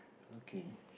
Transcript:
okay